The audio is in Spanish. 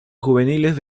juveniles